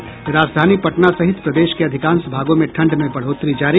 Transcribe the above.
और राजधानी पटना सहित प्रदेश के अधिकांश भागों में ठंड में बढ़ोत्तरी जारी